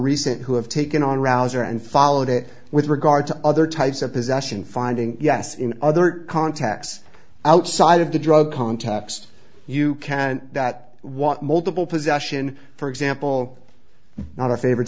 recent who have taken on rouser and followed it with regard to other types of possession finding yes in other contexts outside of the drug context you can't that want multiple possession for example not a favorite